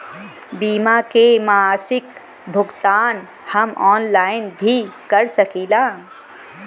बीमा के मासिक भुगतान हम ऑनलाइन भी कर सकीला?